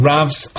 Rav's